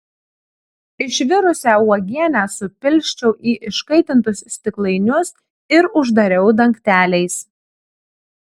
išvirusią uogienę supilsčiau į iškaitintus stiklainius ir uždariau dangteliais